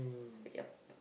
so yup